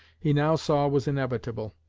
he now saw was inevitable.